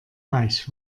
reich